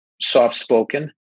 soft-spoken